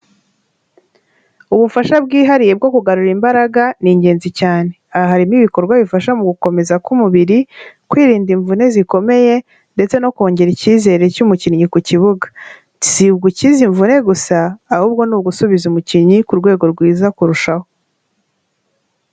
Ubufasha bwihariye bwo kugarura imbaraga ni ingenzi cyane, aha harimo ibikorwa bifasha mu gukomeza k'umubiri, kwirinda imvune zikomeye ndetse no kongera icyizere cy'umukinnyi ku kibuga, si ugukiza imvune gusa ahubwo ni ugusubiza umukinnyi ku rwego rwiza kurushaho.